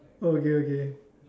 oh okay okay